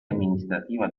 amministrativa